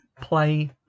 play